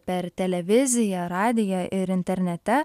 per televiziją radiją ir internete